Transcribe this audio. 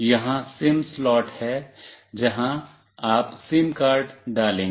यहां SIM slot है जहां आप सिम कार्ड डालेंगे